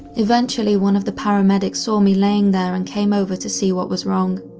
eventually one of the paramedics saw me laying there and came over to see what was wrong.